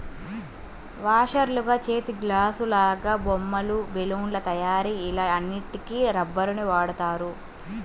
వాషర్లుగా, చేతిగ్లాసులాగా, బొమ్మలు, బెలూన్ల తయారీ ఇలా అన్నిటికి రబ్బరుని వాడుతారు